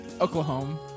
Oklahoma